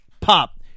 pop